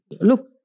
look